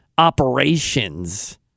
Operations